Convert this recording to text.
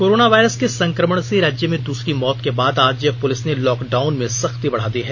corona virus के संक्रमण से रांची में दूसरी मौत के बाद आज पुलिस ने लॉक डाउन में सख्ती बढ़ा दी है